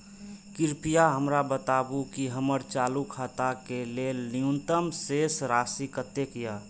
कृपया हमरा बताबू कि हमर चालू खाता के लेल न्यूनतम शेष राशि कतेक या